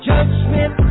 Judgment